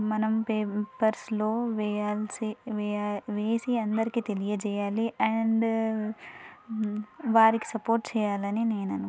మనం పేపర్స్లో వేయాల్సి వేసి అందరికీ తెలియజేయాలి అండ్ వారికి సపోర్ట్ చేయాలని నేను అనుకుంటున్నాను